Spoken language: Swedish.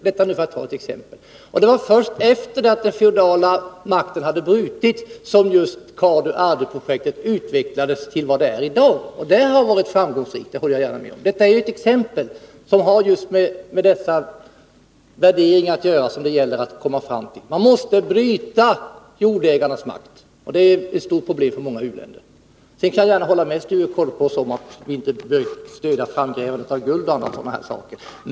Det var först efter det att den feodala makten hade brutits som CADU-ARDU-projektet utvecklades till vad det är, och att det sedan dess har varit framgångsrikt håller jag gärna med om. Detta är ett exempel som har just med dessa värderingar att göra som det gäller att komma fram till. Man måste bryta jordägarnas makt, och det är ett stort problem för många u-länder. Sedan kan jag hålla med Sture Korpås om att vi inte bör stödja framgrävande av guld och sådana saker.